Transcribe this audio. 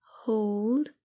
hold